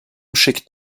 schickt